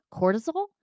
cortisol